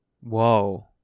whoa